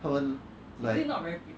他们 like